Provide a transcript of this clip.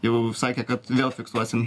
jau sakė kad vėl fiksuosim